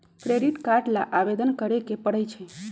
credit card ला आवेदन करे के परई छई